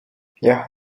jah